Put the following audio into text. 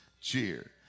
cheer